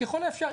אז ככל האפשר,